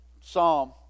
Psalm